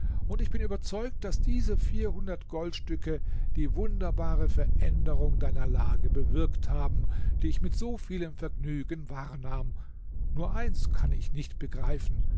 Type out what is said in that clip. und ich bin überzeugt daß diese vierhundert goldstücke die wunderbare veränderung deiner lage bewirkt haben die ich mit so vielem vergnügen wahrnahm nur eins kann ich nicht begreifen